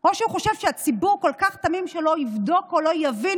או שהוא חושב שהציבור כל כך תמים שלא יבדוק או שלא יבין